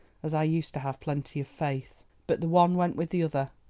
as i used to have plenty of faith, but the one went with the other,